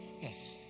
Yes